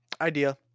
Idea